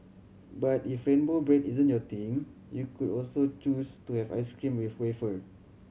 but if rainbow bread isn't your thing you could also choose to have ice cream with wafer